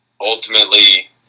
ultimately